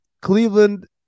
Cleveland